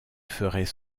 ferait